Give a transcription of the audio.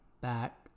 back